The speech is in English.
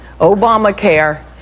Obamacare